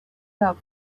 love